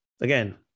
again